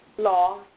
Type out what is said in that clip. law